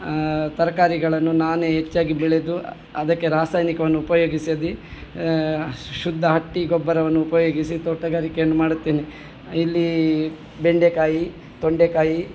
ತರಕಾರಿಗಳನ್ನು ನಾನೇ ಹೆಚ್ಚಾಗಿ ಬೆಳೆದು ಅದಕ್ಕೆ ರಾಸಾಯನಿಕವನ್ನು ಉಪಯೋಗಿಸದೆ ಶುದ್ಧ ಹಟ್ಟಿ ಗೊಬ್ಬರವನ್ನು ಉಪಯೋಗಿಸಿ ತೋಟಗಾರಿಕೆಯನ್ನು ಮಾಡುತ್ತೇನೆ ಇಲ್ಲಿ ಬೆಂಡೆಕಾಯಿ ತೊಂಡೆಕಾಯಿ